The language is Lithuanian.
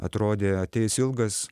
atrodė ateis ilgas